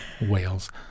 whales